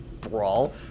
brawl